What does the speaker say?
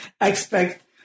expect